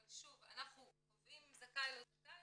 אבל שוב, אנחנו קובעים אם זכאי או לא זכאי